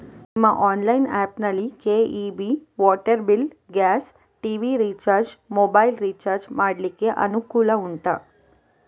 ನಿಮ್ಮ online app ನಲ್ಲಿ KEB, water bill, gas, TV recharge, mobile recharge ಮಾಡ್ಲಿಕ್ಕೆ ಅನುಕೂಲ ಉಂಟಾ